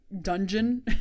dungeon